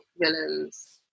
villains